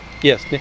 yes